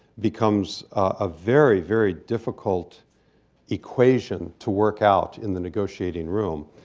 becomes a very, very difficult equation to work out in the negotiating room.